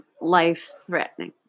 life-threatening